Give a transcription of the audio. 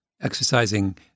Exercising